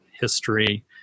history